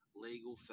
legal